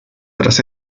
tras